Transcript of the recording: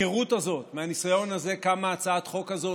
מההיכרות הזאת, מהניסיון הזה, קמה הצעת החוק הזאת.